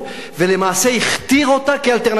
ולמעשה הכתיר אותה כאלטרנטיבה.